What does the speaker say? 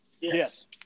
Yes